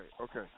okay